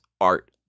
Art